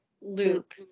loop